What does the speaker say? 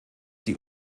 die